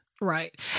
right